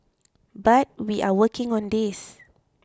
but we are working on this